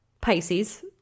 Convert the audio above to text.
Pisces